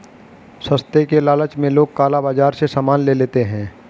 सस्ते के लालच में लोग काला बाजार से सामान ले लेते हैं